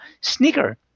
sneaker